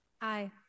Aye